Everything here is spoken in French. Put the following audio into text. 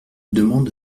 demande